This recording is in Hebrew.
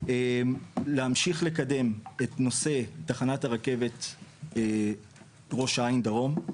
להמשיך לקדם את נושא תחנת הרכבת ראש העין דרום,